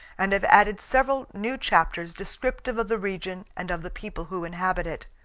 and have added several new chapters descriptive of the region and of the people who inhabit it.